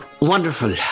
wonderful